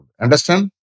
Understand